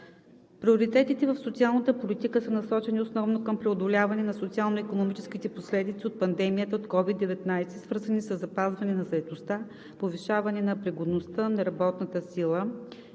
Приоритетите в социалната политика са насочени основно към преодоляване на социално-икономическите последици от пандемията от COVID-19, свързани със запазване на заетостта, повишаване на пригодността на работната сила